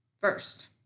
First